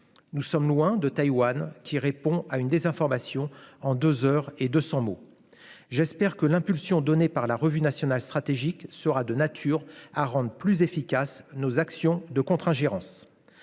nous sommes loin de Taïwan qui répond à une désinformation en 2 heures et 200 mots, j'espère que l'impulsion donnée par la revue nationale stratégique sera de nature à rendre plus efficaces nos actions de contre-ingérence